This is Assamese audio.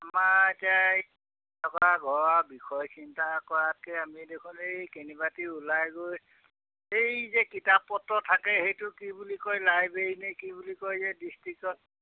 আমাৰ এতিয়া ঘৰ বিষয় চিন্তা কৰাতকৈ আমি দেখোন এই কেনিবাটি ওলাই গৈ সেই যে কিতাপ পত্ৰ থাকে সেইটো কি বুলি কয় লাইব্ৰেৰীনে কি বুলি কয় যে ডিষ্ট্ৰিকত